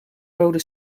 rode